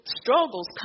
struggles